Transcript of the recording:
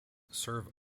serve